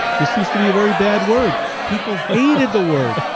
this used to be a very bad word people hated the word.